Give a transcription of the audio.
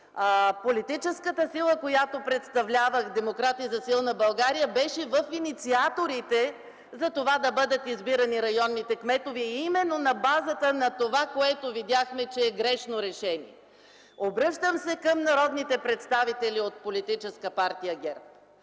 политическата сила, която представлявах – Демократи за силна България, беше от инициаторите за това да бъдат избирани районните кметове – именно на базата на това, което видяхме, че е грешно решение. Обръщам се към народните представители от Политическа партия ГЕРБ: